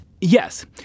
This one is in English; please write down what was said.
Yes